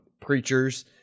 preachers